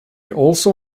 also